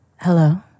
Hello